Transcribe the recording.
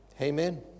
Amen